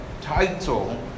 title